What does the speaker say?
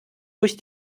durch